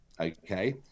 okay